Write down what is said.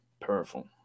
powerful